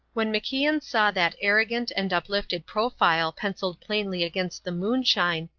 when macian saw that arrogant and uplifted profile pencilled plainly against the moonshine,